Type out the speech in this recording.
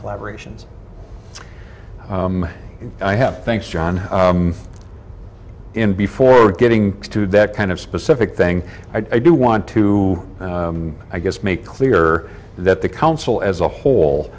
collaboration's and i have thanks john in before getting to that kind of specific thing i do want to i guess make clear that the council as a whole